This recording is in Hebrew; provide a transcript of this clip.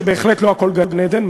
שבהחלט לא הכול גן-עדן,